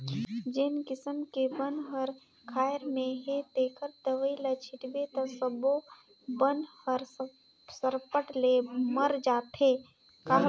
जेन किसम के बन हर खायर में हे तेखर दवई ल छिटबे त सब्बो बन हर सरपट ले मर जाथे